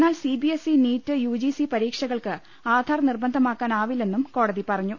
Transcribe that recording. എന്നാൽ CBSE NEET UGC പരീക്ഷ കൾക്ക് ആധാർ നിർബന്ധമാക്കാൻ ആവില്ലെന്നും കോടതി പറഞ്ഞു